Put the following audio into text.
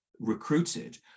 recruited